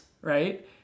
right